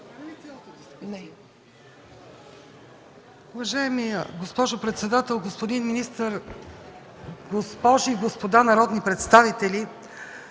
Уважаема госпожо председател, господин министър, госпожи и господа народни представители!